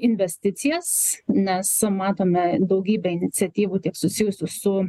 investicijas nes matome daugybę iniciatyvų tiek susijusių su